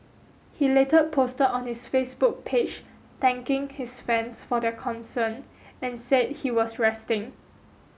he later posted on his Facebook page thanking his fans for their concern and said he was resting